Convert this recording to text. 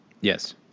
Yes